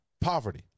poverty